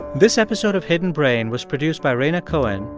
this episode of hidden brain was produced by rhaina cohen,